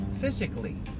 physically